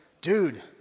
dude